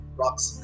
rocks